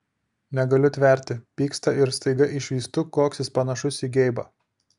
negaliu tverti pyksta ir staiga išvystu koks jis panašus į geibą